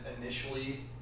initially